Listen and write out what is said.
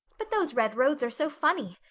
but those red roads are so funny.